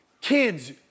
Kids